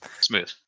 smooth